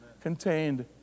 contained